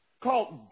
called